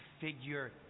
figure